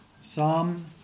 Psalm